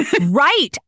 Right